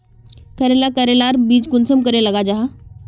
करेला करेलार बीज कुंसम करे लगा जाहा?